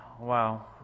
wow